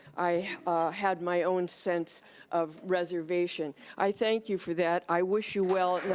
i had my own sense of reservation. i thank you for that, i wish you well,